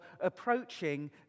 approaching